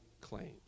claims